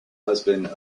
husband